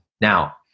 Now